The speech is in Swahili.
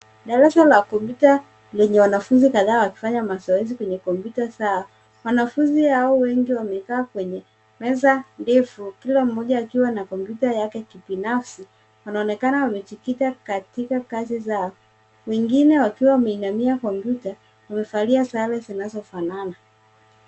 Darasa la kompyuta lenye wanafunzi kadhaa wakifanya mazoezi kwenye kompyuta zao. Wanafunzi hao wengi wamekaa kwenye meza ndefu kila mmoja akiwa na kompyuta yake kibinafsi wanaonekana wamejikita katika kazi zao. Wengine wakiwa wameinamia kompyuta. Wamevalia sare zinazofanana.